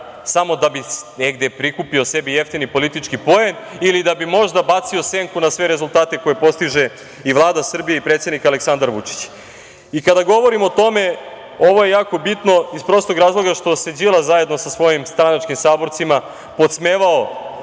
samo da bi negde prikupio sebi jeftini politički poen ili da bi možda bacio senku na sve rezultate koje postiže i Vlada Srbije i predsednik Aleksandar Vučić. Kada govorim o tome, ovo je jako bitno, iz prostog razloga što se Đilas zajedno sa svojim stranačkim saborcima podsmevao